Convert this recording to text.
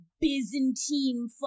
Byzantine